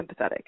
empathetic